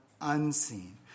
unseen